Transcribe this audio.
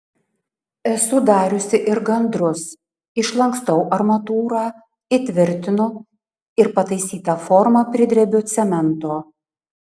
esu dariusi ir gandrus išlankstau armatūrą įtvirtinu ir pataisytą formą pridrebiu cemento